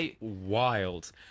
wild